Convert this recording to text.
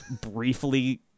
briefly